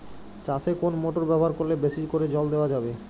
চাষে কোন মোটর ব্যবহার করলে বেশী করে জল দেওয়া যাবে?